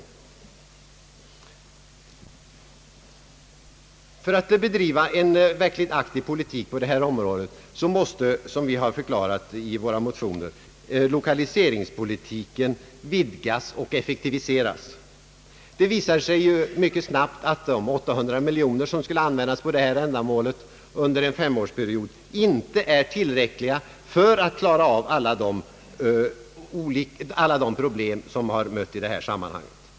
För att man skall kunna bedriva en verkligt aktiv politik på detta område måste, som vi har förklarat i våra motioner, lokaliseringspolitiken vidgas och effektiviseras. Det visade sig ju mycket snabbt att de 800 miljoner kronor som skall användas för detta ändamål under en femårsperiod inte är tillräckliga för att klara av alla de problem som har mött i detta sammanhang.